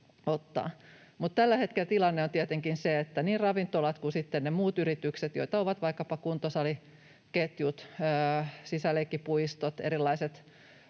Mutta tällä hetkellä tilanne on tietenkin se, että niin ravintolat kuin ne muut yritykset, joita ovat vaikkapa kuntosaliketjut, sisäleikkipuistot, erilaiset